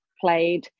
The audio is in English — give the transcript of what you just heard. played